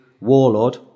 warlord